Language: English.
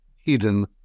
hidden